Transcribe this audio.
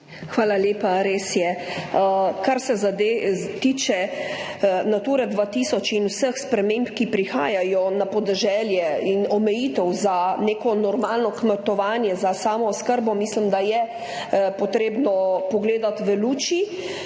Hvala lepa. Res je. Kar se tiče zadev Nature 2000 in vseh sprememb, ki prihajajo na podeželje, in omejitev za neko normalno kmetovanje za samooskrbo, mislim, da je potrebno pogledati v luči,